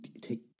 take